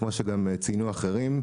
כמו שגם ציינו אחרים,